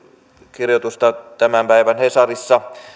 kirjoituksen tämän päivän hesarissa